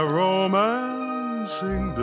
romancing